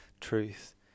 truth